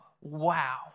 Wow